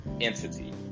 entity